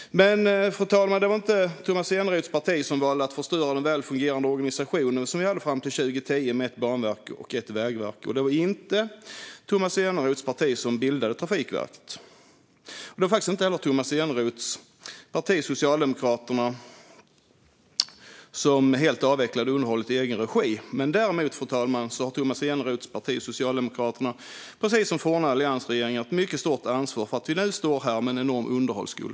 Fru talman! Det var inte Tomas Eneroths parti som valde att förstöra den välfungerande organisation som vi hade fram till 2010 med ett banverk och ett vägverk, Det var inte Tomas Eneroths parti som bildade Trafikverket. Det var faktiskt inte heller Tomas Eneroths parti Socialdemokraterna som helt avvecklade underhållet i egen regi. Däremot, fru talman, har Tomas Eneroths parti Socialdemokraterna precis som forna alliansregeringen ett mycket stort ansvar för att vi nu står här med en enorm underhållsskuld.